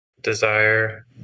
desire